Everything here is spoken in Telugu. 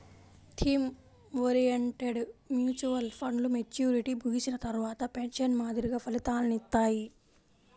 థీమ్ ఓరియెంటెడ్ మ్యూచువల్ ఫండ్లు మెచ్యూరిటీ ముగిసిన తర్వాత పెన్షన్ మాదిరిగా ఫలితాలనిత్తాయి